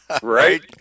Right